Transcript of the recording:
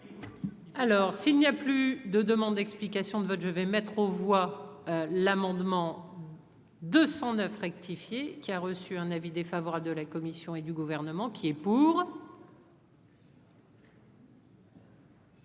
Alors, s'il n'y a plus de demandes d'explications de vote, je vais mettre aux voix l'amendement. 209 rectifier, qui a reçu un avis défavorable de la Commission et du gouvernement qui est pour.